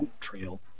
trail